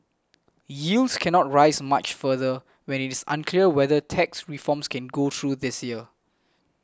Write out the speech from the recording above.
yields cannot rise much further when it is unclear whether tax reforms can go through this year